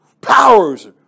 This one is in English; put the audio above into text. powers